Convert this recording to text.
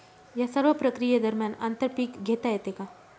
या सर्व प्रक्रिये दरम्यान आंतर पीक घेता येते का?